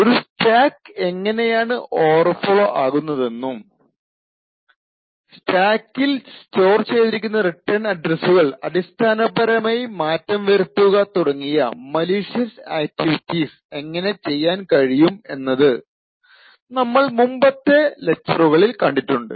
ഒരു സ്റ്റാക്ക് എങ്ങനെയാണ് ഓവർഫ്ലോ ആകുന്നതെന്നും സ്റ്റാക്കിൽ സ്റ്റോർ ചെയ്തിരിക്കുന്ന റിട്ടേൺ അഡ്രസ്സ്കൾ അടിസ്ഥാനപരമായി മാറ്റം വരുത്തുക തുടങ്ങിയ മലീഷ്യസ് ആക്ടിവിറ്റീസ് എങ്ങനെ ചെയ്യാൻ കഴിയും എന്നത് നമ്മൾ മുൻപറഞ്ഞ ലെക്ച്ചറുകളിൽ കണ്ടിട്ടുണ്ട്